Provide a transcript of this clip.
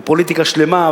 ופוליטיקה שלמה,